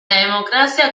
democracia